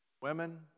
women